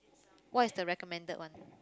what is the recommended one